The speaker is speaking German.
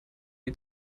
die